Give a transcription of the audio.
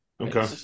Okay